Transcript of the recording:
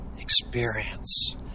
experience